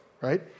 right